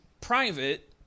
private